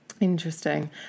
interesting